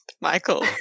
Michael